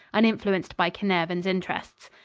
uninfluenced by carnarvon's interests.